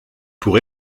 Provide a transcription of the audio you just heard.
pour